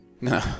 No